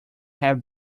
have